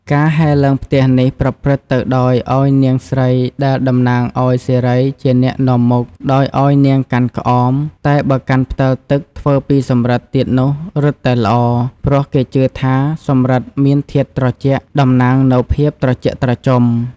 ការហែរឡើងផ្ទះនេះប្រព្រឹត្តទៅដោយឲ្យនាងស្រីដែលតំណាងឲ្យសិរីជាអ្នកនាំមុខ ដោយឲ្យនាងកាន់ក្អម តែបើកាន់ផ្តិលទឹកធ្វើពីសិរិទ្ធទៀតនោះរឹតតែល្អ ព្រោះគេជឿថាសំរិទ្ធមានធាតុត្រជាក់ តំណាងនូវភាពត្រជាក់ត្រជុំ ។